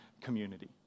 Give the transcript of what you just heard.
community